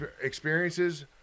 experiences